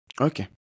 Okay